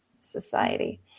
society